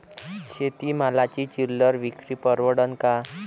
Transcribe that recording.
शेती मालाची चिल्लर विक्री परवडन का?